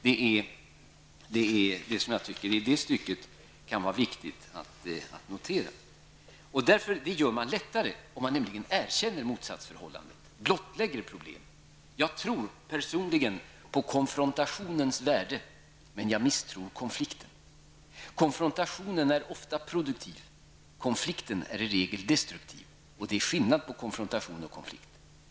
Det är detta som jag i detta sammanhang anser är viktigt att notera. Det gör man nämligen lättare om man erkänner motsatsförhållandet och blottlägger problem. Jag tror personligen på konfrontationens värde, men jag misstror konflikten. Konfrontationen är ofta produktiv, och konflikten är i regel destruktiv. Det är skillnad på konfrontation och konflikt.